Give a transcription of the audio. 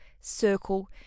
circle